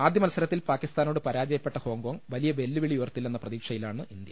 ആദ്യ മത്സ ര ത്തിൽ പാക്കി സ്ഥാ നോട് പരാ ജ യ പ്പെട്ട ഹോങ്കോങ് വലിയ വെല്ലുവിളി ഉയർത്തില്ലെന്ന പ്രതീക്ഷയിലാണ് ഇന്ത്യ